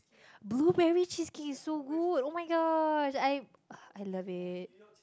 blueberry cheesecake is so good oh-my-gosh I I love it